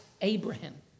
Abraham